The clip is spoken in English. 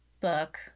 book